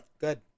Good